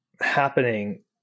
happening